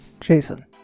jason